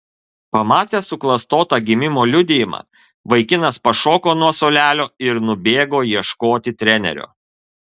pamatęs suklastotą gimimo liudijimą vaikinas pašoko nuo suolelio ir nubėgo ieškoti trenerio